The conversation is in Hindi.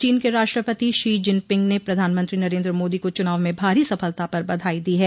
चीन के राष्ट्रपति शी जिनपिंग ने प्रधानमंत्री नरेन्द्र मोदी को चुनाव में भारी सफलता पर बधाई दी है